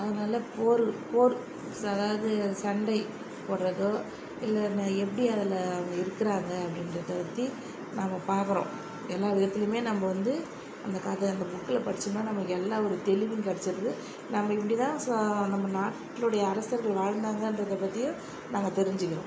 அதனால போர் போருக்கு அதாவது சண்டை போடுறதோ இல்லை எப்படி அதில் அவங்க இருக்கிறாங்க அப்படின்றத பற்றி நாம் பார்க்கறோம் ஏன்னால் எதுலேயுமே நம்ம வந்து அந்த கதை அந்த புக்கில் படிச்சுருந்தா நமக்கு எல்லா ஒரு தெளிவும் கிடச்சிருது நம்ம இப்படி தான் ச நம்ம நாட்டிடுடைய அரசர்கள் வாழ்ந்தாங்கன்றத பற்றியும் நாங்கள் தெரிஞ்சுக்கிறோம்